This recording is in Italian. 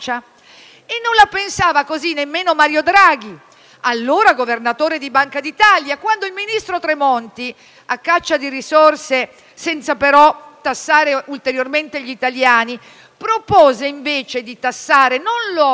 E non la pensava così nemmeno Mario Draghi, allora governatore della Banca d'Italia, quando il ministro Tremonti, a caccia di risorse senza però tassare ulteriormente gli italiani, propose invece di tassare non l'oro